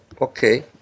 okay